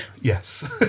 Yes